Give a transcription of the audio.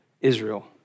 Israel